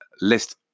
list